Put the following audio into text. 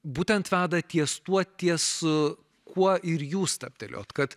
būtent veda ties tuo ties kuo ir jūs stabtelėjot kad